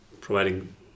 providing